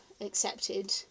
accepted